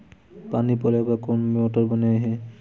पानी पलोय बर कोन मोटर बने हे?